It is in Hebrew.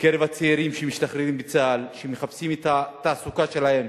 בקרב הצעירים שמשתחררים מצה"ל מחפשים את התעסוקה שלהם